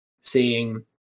seeing